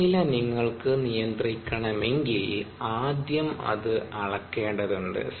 താപനില നിങ്ങൾക്കു നിയന്ത്രിക്കണമെങ്കിൽ ആദ്യം അത് അളക്കേണ്ടതുണ്ട്